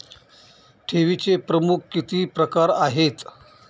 ठेवीचे प्रमुख किती प्रकार आहेत?